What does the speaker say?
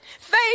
Faith